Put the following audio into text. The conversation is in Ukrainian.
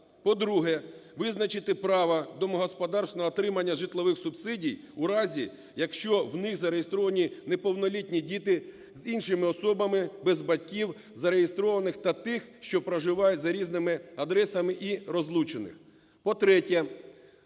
По-друге, визначити право домогосподарств на отримання житлових субсидій у разі, якщо в них зареєстровані неповнолітні діти з іншими особами, без батьків зареєстрованих, та тих, що проживають за різними адресами і розлучених.